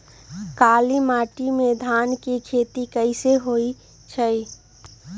काली माटी में धान के खेती कईसे होइ छइ?